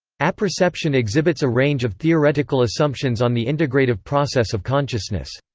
apperception exhibits a range of theoretical assumptions on the integrative process of consciousness.